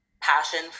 passion